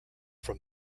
from